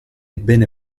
bene